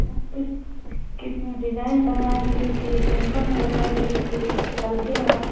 okay कितनी design बनवाएंगी कि सिंपल में बनवाएंगी कि हल्के में